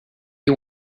you